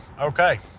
okay